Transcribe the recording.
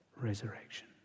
resurrection